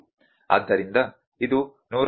ಆದ್ದರಿಂದ ಇದು 150 ಮಿ